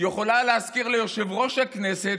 יכולה להזכיר ליושב-ראש הכנסת,